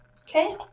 Okay